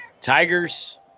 tigers